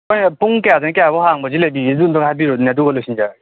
ꯅꯣꯏꯅ ꯄꯨꯡ ꯀꯌꯥꯗꯩꯅ ꯀꯌꯥꯕꯣꯛ ꯍꯥꯡꯕꯁꯦ ꯂꯩꯕꯤꯒꯦ ꯑꯗꯨꯝꯇꯪ ꯍꯥꯏꯕꯤꯔꯛꯑꯣꯅꯦ ꯑꯗꯨꯒ ꯂꯣꯏꯁꯤꯟꯖꯔꯒꯦ